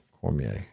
Cormier